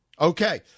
Okay